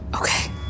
Okay